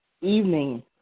evening